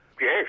Yes